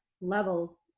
level